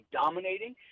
dominating